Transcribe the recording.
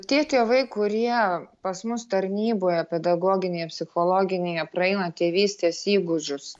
tie tėvai kurie pas mus tarnyboje pedagoginėje psichologinėje praeina tėvystės įgūdžius